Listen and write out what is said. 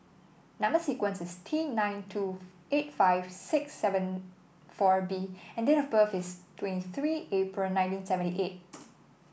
number sequence is T nine two eight five six seven four B and date of birth is twenty three April nineteen seventy eightth